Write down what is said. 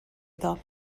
iddo